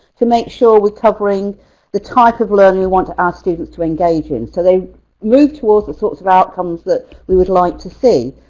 to make sure we're covering the type of learning we want our students to engage in. so they move towards the sorts of outcomes that we would like to see.